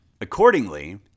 Accordingly